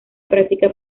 práctica